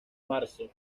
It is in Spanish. marzo